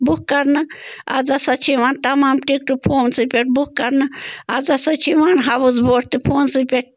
book کرنہٕ آز ہسا چھِ یِوان تمام ٹِکٹہٕ فونسٕے پٮ۪ٹھ بُک کرنہٕ آز ہسا چھِ یِوان ہاوُس بوٹ تہِ فونسٕے پٮ۪ٹھ